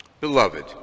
Beloved